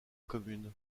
commune